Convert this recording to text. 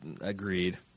Agreed